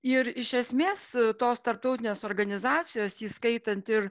ir iš esmės tos tarptautinės organizacijos įskaitant ir